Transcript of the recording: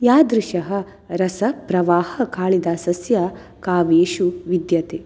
यादृशः रसप्रवाहकालिदासस्य काव्येषु विद्यते